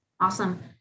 Awesome